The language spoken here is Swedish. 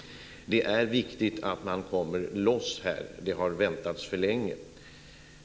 Det är viktigt att man kommer loss här. Det har väntats för länge.